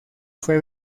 fue